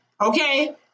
Okay